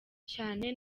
cyane